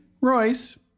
royce